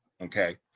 okay